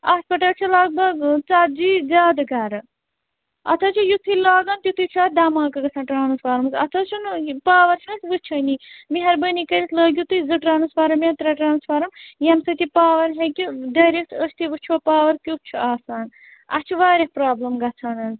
اَتھ پٮ۪ٹھ حظ چھُ لگ بگ ژَتجی زیادٕ گرٕ اَتھ حظ چھُ یتھُے لاگان تِتھُے چھُ اَتھ دھماکہٕ گژھان ٹرٛانسفارمس اَتھ حظ چھُنہٕ پاوَر چھِنہٕ أسۍ وُچھٲنی مہربٲنی کٔرِتھ لٲگِو تُہۍ زٕ ٹرٛانسفارَم یا ترٛےٚ ٹرٛانسفارَم ییٚمہِ سۭتۍ یہِ پاوَر ہیٚکہِ دٔرِتھ أسۍ تہِ وُچھو پاوَر کٮُ۪تھ چھُ آسان اَسہِ چھُ واریاہ پرٛابلِم گژھان حظ